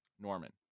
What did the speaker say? Norman